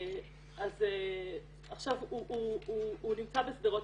הוא נמצא בשדרות,